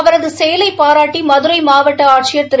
அவரது செயலை பாராட்டி மதுரை மாவட்ட ஆட்சியர் திரு